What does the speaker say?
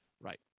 right